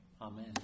Amen